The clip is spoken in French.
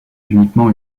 uniquement